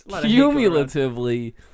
cumulatively